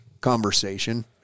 conversation